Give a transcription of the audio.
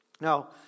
Now